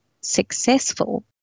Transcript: successful